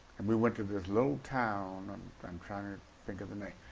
and we went to this little town, i'm i'm trying to think of the name,